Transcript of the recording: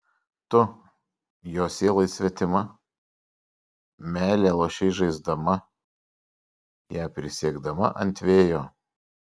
tu jo sielai svetima meilę lošei žaisdama ją prisiekdama ant vėjo